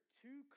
two